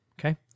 Okay